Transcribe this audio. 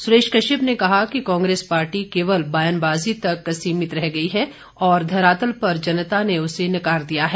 सुरेश कश्यप ने कहा कि कांग्रेस पार्टी केवल बयानबाजी तक सीमित रह गई है और धरातल पर जनता ने उसे नकार दिया है